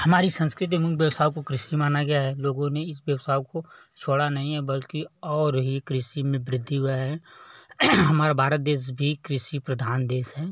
हमारी सांस्कृतिक मुख्य व्यवसाय को कृषि माना गया है लोगों ने इस व्यवसाय को छोड़ा नहीं है बल्कि और ही कृषि में बृद्धि हुआ है हमारा भारत देस भी कृषि प्रधान देश है